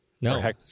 No